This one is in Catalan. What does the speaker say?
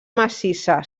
massissa